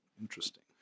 interesting